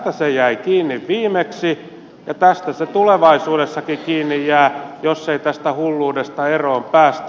tästä se jäi kiinni viimeksi ja tästä se tulevaisuudessakin kiinni jää jos ei tästä hulluudesta eroon päästä